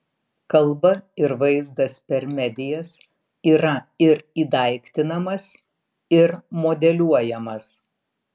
kalba ir vaizdas per medijas yra ir įdaiktinamas ir modeliuojamas